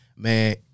Man